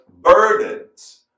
burdens